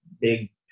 big